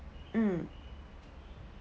mm